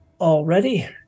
already